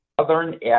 Southern